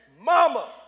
Mama